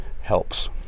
helps